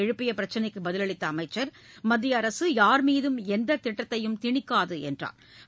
எழுப்பிய பிரச்சினைக்கு பதிலளித்த அமைச்சா் மத்திய அரசு யார் மீதும் எந்த திட்டத்தையும் திணிக்காது என்றாா்